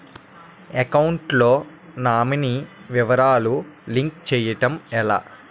Account లో nominee వివరాలు link చేయటం ఎలా?